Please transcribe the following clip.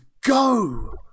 go